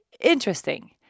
interesting